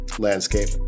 landscape